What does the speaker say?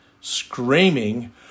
screaming